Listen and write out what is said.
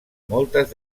moltes